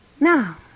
Now